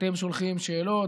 שאתם שולחים בו שאלות,